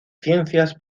ciencias